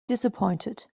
disappointed